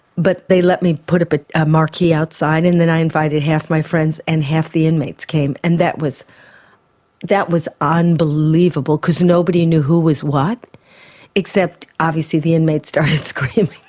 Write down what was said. but they let me put a but ah marquee outside and i invited half my friends and half the inmates came. and that was that was unbelievable, because nobody knew who was what except obviously the inmates started screaming,